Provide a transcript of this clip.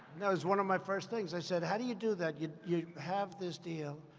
that was one of my first things. i said, how do you do that? you you have this deal,